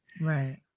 Right